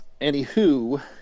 anywho